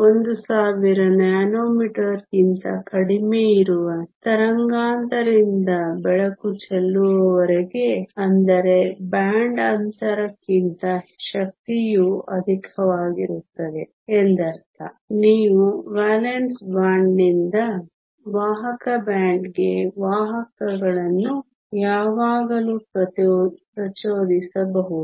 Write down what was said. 1000 ನ್ಯಾನೊಮೀಟರ್ಗಳಿಗಿಂತ ಕಡಿಮೆ ಇರುವ ತರಂಗಾಂತರದಿಂದ ಬೆಳಕು ಚೆಲ್ಲುವವರೆಗೆ ಅಂದರೆ ಬ್ಯಾಂಡ್ ಅಂತರಕ್ಕಿಂತ ಶಕ್ತಿಯು ಅಧಿಕವಾಗಿರುತ್ತದೆ ಎಂದರ್ಥ ನೀವು ವೇಲೆನ್ಸ್ ಬ್ಯಾಂಡ್ನಿಂದ ವಾಹಕ ಬ್ಯಾಂಡ್ಗೆ ವಾಹಕಗಳನ್ನು ಯಾವಾಗಲೂ ಪ್ರಚೋದಿಸಬಹುದು